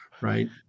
right